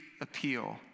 appeal